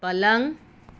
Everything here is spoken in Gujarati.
પલંગ